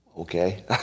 Okay